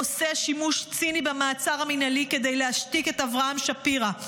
עושה שימוש ציני במעצר המינהלי כדי להשתיק את אברהם שפירא.